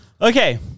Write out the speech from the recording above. Okay